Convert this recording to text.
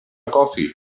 coffee